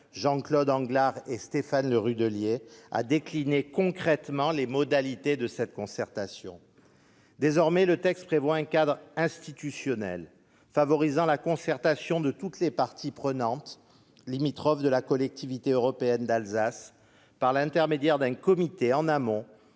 Jean-Claude Anglars et Stéphane Le Rudulier à décliner les modalités de la concertation. Désormais, le texte prévoit un cadre institutionnel favorisant la concertation de toutes les parties prenantes limitrophes de la Collectivité européenne d'Alsace, par l'intermédiaire d'un comité en amont